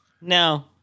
No